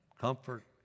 Comfort